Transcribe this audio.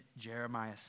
Jeremiah